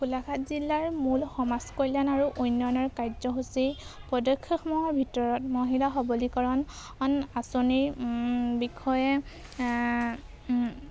গোলাঘাট জিলাৰ মূল সমাজ কল্যাণ আৰু উন্নয়নৰ কাৰ্যসূচী পদক্ষেপসমূহৰ ভিতৰত মহিলা সবলীকৰণ অন আঁচনিৰ বিষয়ে